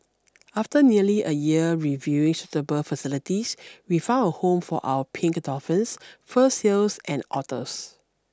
after nearly a year reviewing suitable facilities we found a home for our pink dolphins fur seals and otters